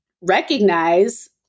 recognize